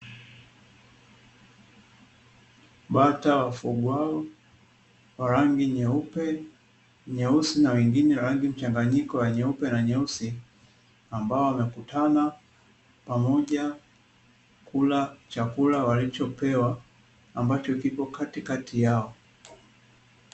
Bata wafugwao wa rangi nyeupe, nyeusi na wengine rangi mchanganyiko wa rangi nyeupe kwa nyeusi, ambao wamekutana pamoja kula chakula walichopewa ambacho kipo katikati yao.